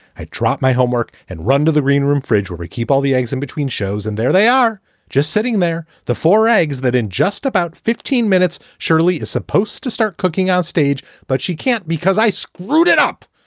i drop my homework and run to the reading room fridge where we keep all the eggs in between shows and there they are just sitting there. the four eggs that in just about fifteen minutes, shirley is supposed to start cooking onstage, but she can't because i screwed it up.